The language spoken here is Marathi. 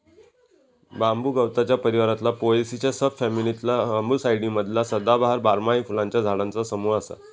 बांबू गवताच्या परिवारातला पोएसीच्या सब फॅमिलीतला बांबूसाईडी मधला सदाबहार, बारमाही फुलांच्या झाडांचा समूह असा